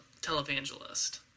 televangelist